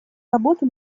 работу